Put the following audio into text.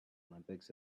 olympics